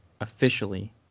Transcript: officially